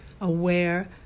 aware